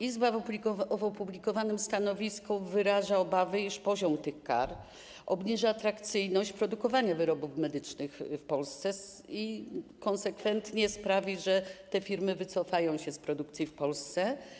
Izba w opublikowanym stanowisku wyraża obawy, iż poziom tych kar obniża atrakcyjność produkowania wyrobów medycznych w Polsce i konsekwentnie sprawi, że te firmy wycofają się z produkcji w Polsce.